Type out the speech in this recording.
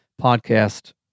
podcast